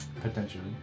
Potentially